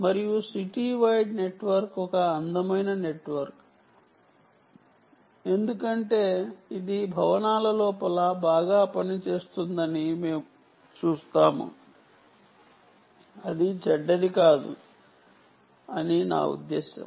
మరియు city wide network ఒక అందమైన నెట్వర్క్ ఎందుకంటే ఇది భవనాల లోపల బాగా పనిచేస్తుందని మేము చూస్తాము అది చెడ్డది కాదు అని నా ఉద్దేశ్యం